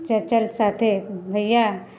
चल चल साथे भैया